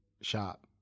shop